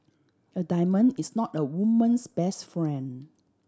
a diamond is not a woman's best friend